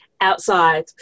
outside